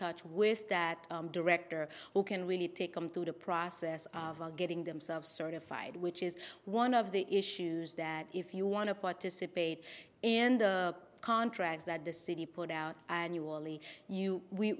touch with that director who can really take them through the process of getting themselves certified which is one of the issues that if you want to participate in the contracts that the city put out annually you we